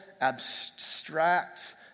abstract